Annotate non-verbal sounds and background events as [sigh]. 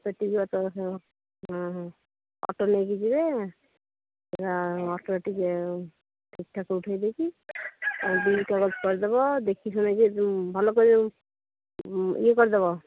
ପେଟି ଗୁଡ଼ାକ ତ ହଁ ହଁ ଅଟୋ ନେଇକି ଯିବେ [unintelligible] ଅଟୋରେ ଟିକେ ଠିକ୍ ଠାକ୍ ଉଠାଇ ଦେଇକି ଆଉ ବିଲ୍ କାଗଜ କରିଦବ ଦେଖି ଶୁଣାକି ଭଲ ଇଏ କରିଦବ